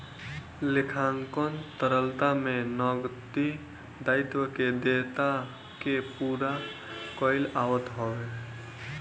लेखांकन तरलता में नगदी दायित्व के देयता कअ पूरा कईल आवत हवे